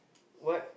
what